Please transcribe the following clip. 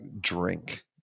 drink